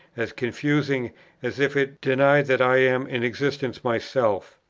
as confusing as if it denied that i am in existence myself.